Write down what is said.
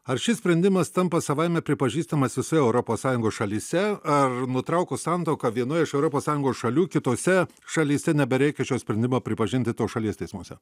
ar šis sprendimas tampa savaime pripažįstamas visoje europos sąjungos šalyse ar nutraukus santuoką vienoj iš europos sąjungos šalių kitose šalyse nebereikia šio sprendimo pripažinti tos šalies teismuose